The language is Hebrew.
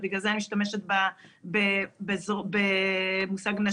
אז בגלל זה אני משתמשת במושג נשי.